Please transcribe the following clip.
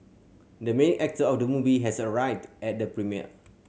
the main actor of the movie has arrived at the premiere